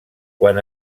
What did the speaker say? quan